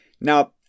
Now